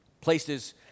Places